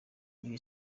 ibi